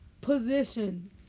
position